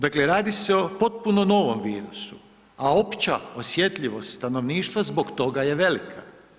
Dakle, radi se o potpuno novom virusu, a opća osjetljivost stanovništva zbog toga je velika.